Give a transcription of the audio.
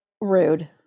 rude